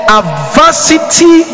adversity